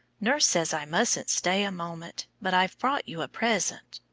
nurse says i mustn't stay a moment, but i've brought you a present.